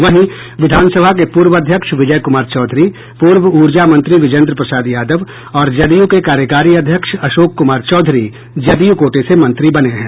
वहीं विधानसभा के पूर्व अध्यक्ष विजय कुमार चौधरी पूर्व ऊर्जा मंत्री विजेन्द्र प्रसाद यादव और जदयू के कार्यकारी अध्यक्ष अशोक कुमार चौधरी जदयू कोटे से मंत्री बने हैं